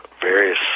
various